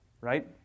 right